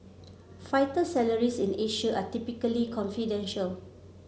fighter salaries in Asia are typically confidential